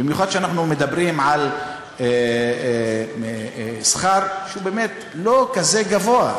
במיוחד כשאנחנו מדברים על שכר שהוא לא כזה גבוה.